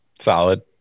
Solid